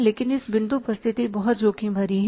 लेकिन इस बिंदु पर स्थिति बहुत जोखिम भरी है